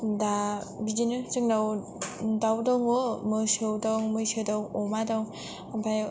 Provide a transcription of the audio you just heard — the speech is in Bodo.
दा बिदिनो जोंनाव दाउ दङ मोसौ दं मैसो दं अमा दं ओमफ्राय